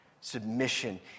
Submission